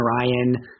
Ryan